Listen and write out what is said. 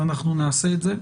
ואנחנו נעשה את זה.